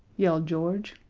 yelled george.